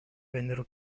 vennero